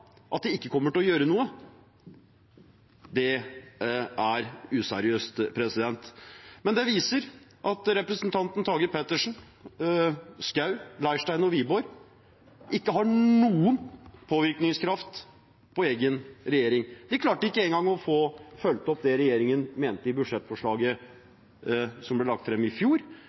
at de ikke kommer til å gjøre noe, det er useriøst. Men det viser at representantene Pettersen, Schou, Leirstein og Wiborg ikke har noen påvirkningskraft på egen regjering. De klarte ikke engang å få fulgt opp det regjeringen mente i budsjettforslaget som ble lagt fram i fjor,